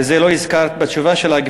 ואת זה לא הזכרת בתשובה שלך,